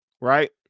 Right